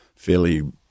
fairly